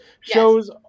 shows